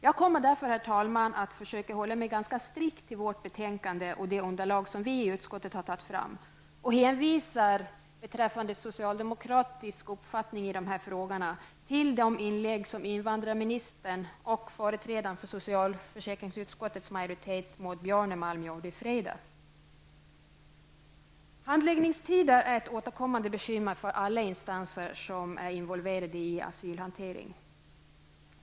Jag kommer därför, herr talman, att försöka hålla mig ganska strikt till vårt betänkande och det underlag som vi i utskottet har tagit fram och hänvisar beträffande socialdemokratisk uppfattning i dessa frågor till de inlägg som invandrarministern och företrädaren för socialförsäkringsutskottets majoritet Maud Handläggningstiderna är ett återkommande bekymmer för alla instanser som är involverade i asylhanteringen.